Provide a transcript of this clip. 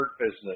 Business